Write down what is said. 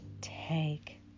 take